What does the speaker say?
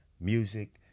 music